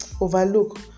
overlook